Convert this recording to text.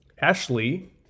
Ashley